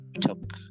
took